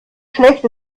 schlecht